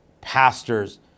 pastors